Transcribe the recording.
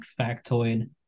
factoid